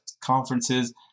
conferences